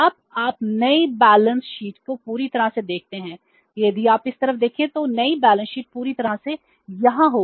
अब आप नई बैलेंस शीट को पूरी तरह से देखते हैं यदि आप इस तरफ देखें तो नई बैलेंस शीट पूरी तरह से यहाँ होगी